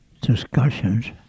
discussions